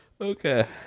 Okay